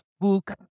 book